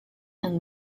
and